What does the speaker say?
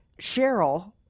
Cheryl